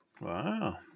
Wow